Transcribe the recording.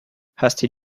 hasty